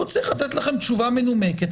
הוא צריך לתת לכם תשובה מנומקת,